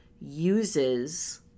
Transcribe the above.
uses